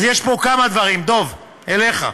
אז יש פה כמה דברים, דב, אליך,